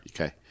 Okay